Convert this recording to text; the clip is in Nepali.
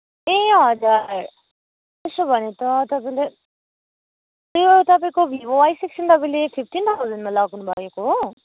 ए हजुर त्यसो भने त तपाईँले ए तपाईँको भिभो वाइ सिक्स्टिन तपाईँले फिफ्टिन थाउजन्डमा लानुभएको हो